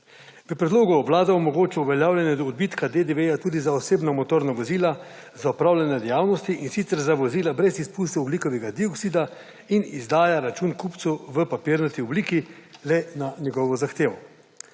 V predlogu Vlada omogoča uveljavljanje odbitka DDV tudi za osebna motorna vozila za opravljanje dejavnosti in sicer za vozila brez izpustov ogljikovega dioksida in izdaja račun kupcu v papirnati obliki le na njegovo zahtevo.